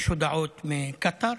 יש הודעות מקטר,